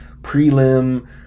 Prelim